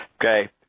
okay